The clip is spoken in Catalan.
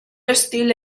estil